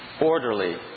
Orderly